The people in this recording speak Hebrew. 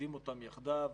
מאגדים אותם יחדיו.